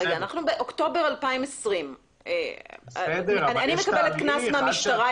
אנחנו באוקטובר 2020. אני מקבלת קנס מהמשטרה,